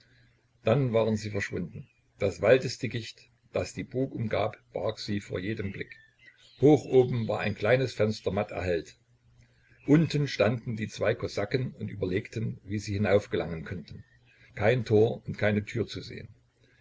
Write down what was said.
dann waren sie verschwunden das waldesdickicht das die burg umgab barg sie vor jedem blick hoch oben war ein kleines fenster matt erhellt unten standen die zwei kosaken und überlegten wie sie hinaufgelangen könnten kein tor und keine tür zu sehen